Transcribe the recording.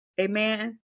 Amen